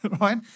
right